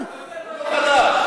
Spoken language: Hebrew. הוא לא חדש.